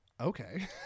okay